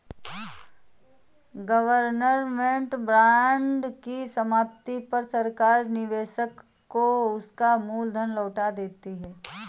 government bond की समाप्ति पर सरकार निवेशक को उसका मूल धन लौटा देती है